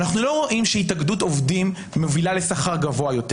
אנחנו לא רואים שהתאגדות עובדים מובילה לשכר גבוה יותר.